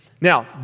Now